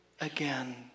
again